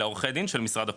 אלא עורכי דין של משרד הפנים.